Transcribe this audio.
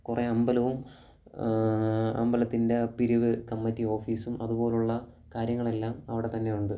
കുറേ അമ്പലവും അമ്പലത്തിൻ്റെ പിരിവ് കമ്മറ്റി ഓഫീസും അതുപോലുള്ള കാര്യങ്ങളെല്ലാം അവിടെ തന്നെയുണ്ട്